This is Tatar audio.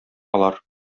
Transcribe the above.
алар